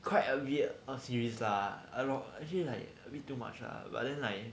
quite a weird a series lah I don~ actually like bit too much lah but then like